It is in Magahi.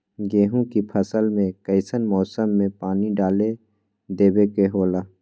गेहूं के फसल में कइसन मौसम में पानी डालें देबे के होला?